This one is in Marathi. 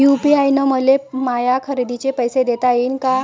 यू.पी.आय न मले माया खरेदीचे पैसे देता येईन का?